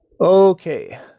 Okay